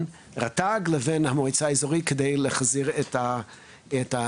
רט"ג לבין המועצה האזורית כדי להחזיר את הדבר.